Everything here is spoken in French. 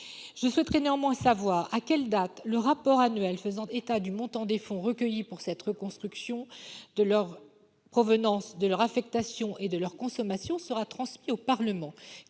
Je souhaiterais néanmoins savoir à quelle date le rapport annuel faisant état du montant des fonds recueillis pour cette reconstruction, de leur provenance, de leur affectation et de leur consommation sera transmis au Parlement.